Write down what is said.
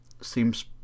seems